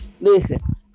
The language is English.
Listen